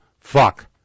fuck